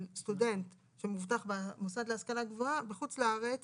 סטודנט שמבוטח במוסד להשכלה בחוץ לארץ